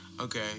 okay